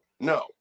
no